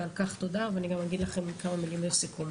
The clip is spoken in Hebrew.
ועל כך תודה ואני גם אגיד לכם כמה מילים לסיכום,